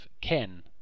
Ken